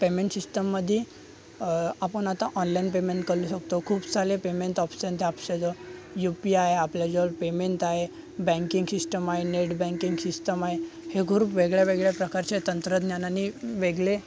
payment सिस्टममधी आपण आता ऑनलाईन पेमेंट करू शकतो खूप सारे पेमेंट ऑप्शन्स आहे आपल्याजवळ यु पी आय आपल्याजवळ पेमेंट आहे बँकिंग सिस्टम आहे नेट बँकिंग सिस्टम आहे हे खूप वेगळ्या वेगळ्या प्रकारचे तंत्रज्ञानाने वेगळे